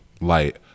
light